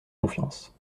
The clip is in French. confiance